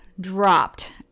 dropped